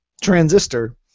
Transistor